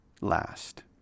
last